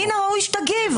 מן הראוי שתגיב.